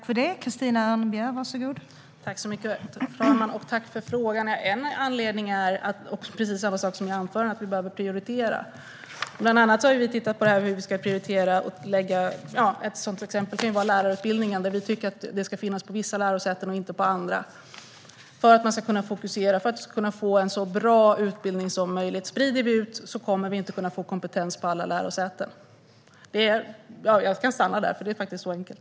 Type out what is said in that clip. Fru talman! Tack för frågan, Lena Hallengren! Precis som jag tog upp i mitt anförande är en anledning att vi behöver prioritera. Vi har bland annat tittat på hur vi ska prioritera var vi ska lägga lärarutbildningen. Vi tycker att den ska finnas på vissa lärosäten och inte på andra för att man ska kunna fokusera och få en så bra utbildning som möjligt. Om vi sprider ut kommer vi inte att få kompetens på alla lärosäten. Jag kan stanna där, för det är faktiskt så enkelt.